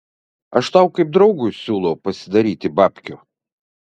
aš tau kaip draugui siūlau pasidaryti babkių